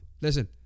Listen